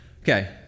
Okay